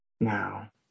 now